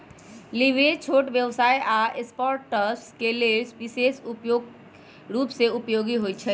leverage छोट व्यवसाय आऽ स्टार्टअप्स के लेल विशेष रूप से उपयोगी होइ छइ